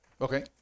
Okay